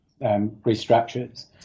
restructures